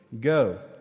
go